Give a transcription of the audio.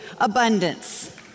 abundance